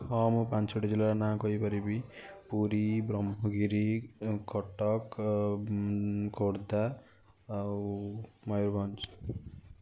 ହଁ ମୁଁ ପାଞ୍ଚୋଟି ଜିଲ୍ଲାର ନାଁ କହିପାରିବି ପୁରୀ ବ୍ରହ୍ମଗିରି କଟକ ଖୋର୍ଦ୍ଧା ଆଉ ମୟୁରଭଞ୍ଜ